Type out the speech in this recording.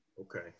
okay